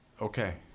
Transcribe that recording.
okay